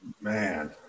Man